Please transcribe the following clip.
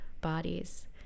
bodies